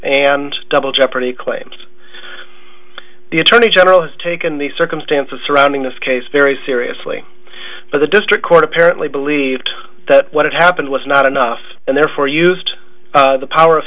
and double jeopardy claims the attorney general has taken the circumstances surrounding this case very seriously but the district court apparently believed that what had happened was not enough and therefore used the power of